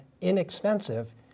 inexpensive